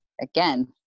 again